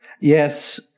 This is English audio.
Yes